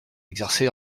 exercé